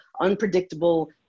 unpredictable